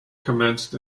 commenced